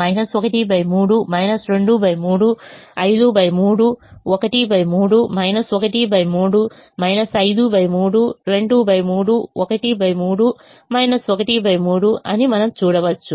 53 13 1 3 5 3 23 13 1 3 అని మనం చూడవచ్చు